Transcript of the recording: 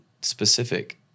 specific